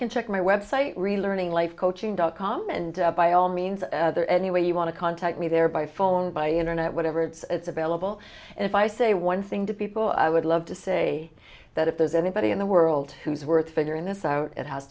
can check my website real learning life coaching dot com and by all means or any way you want to contact me there by phone by internet whatever it's available and if i say one thing to people i would love to say that if there's anybody in the world who's worth figuring this out it has